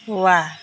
वाह